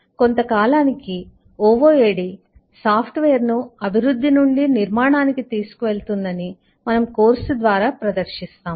కొంత కాలానికి OOAD సాఫ్ట్వేర్ను అభివృద్ధి నుండి నిర్మాణానికి తీసుకువెళుతుందని మనము కోర్సు ద్వారా ప్రదర్శిస్తాము